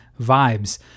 vibes